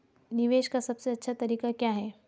निवेश का सबसे अच्छा तरीका क्या है?